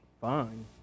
fine